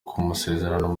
kumusezeraho